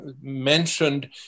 mentioned